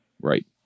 Right